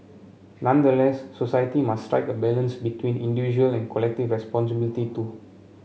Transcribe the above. nonetheless society must strike a balance between individual and collective responsibility too